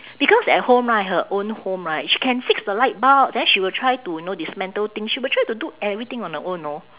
because at home right her own home right she can fix the light bulbs then she will try to know dismantle thing she will try to do everything on her own know